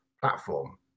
platform